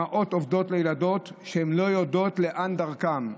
אימהות עובדות לילדות לא יודעות לאן דרכן.